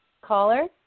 Caller